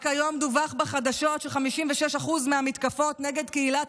רק היום דווח בחדשות ש-56% מהמתקפות נגד קהילת